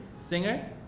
Singer